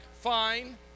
fine